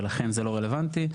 ולכן, זה לא רלוונטי.